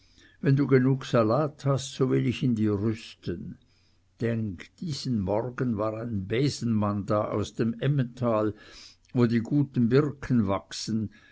wenn du genug salat hast so will ich dir ihn rüsten denk diesen morgen war ein besenmann da aus dem emmental wo die guten birken wachsen